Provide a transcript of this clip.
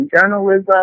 journalism